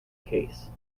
case